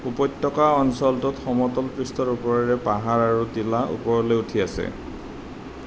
উপত্যকা অঞ্চলটোত সমতল পৃষ্ঠৰ ওপৰেৰে পাহাৰ আৰু টিলা ওপৰলৈ উঠি আছে